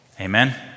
Amen